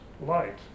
light